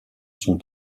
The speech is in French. sont